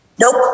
Nope